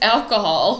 Alcohol